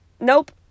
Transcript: Nope